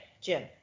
Jim